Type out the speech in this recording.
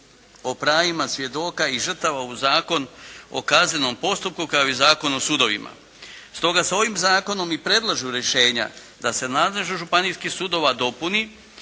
o pravima svjedoka i žrtava u Zakon o kaznenom postupku, kao i u Zakon o sudovima. Stoga se ovim zakonom i predlažu rješenja da se nadležnost Županijskih sudova dopuni